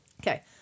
Okay